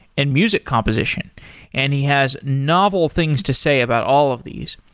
and music composition and he has novel things to say about all of these.